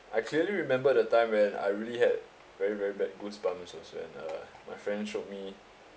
I clearly remember the time when I really had very very bad goosebumps was when uh my friend showed me